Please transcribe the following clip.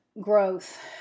growth